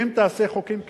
אם תעשה חוקים כאלה,